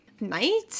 Night